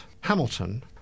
Hamilton